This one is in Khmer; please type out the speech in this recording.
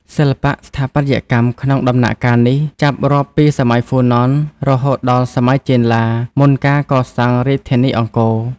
សិល្បៈស្ថាបត្យកម្មក្នុងតំណាក់កាលនេះចាប់រាប់ពីសម័យហ្វូណន រហូតដល់ សម័យចេនឡា មុនការកសាងរាជធានីអង្គរ។